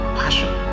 passion